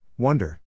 Wonder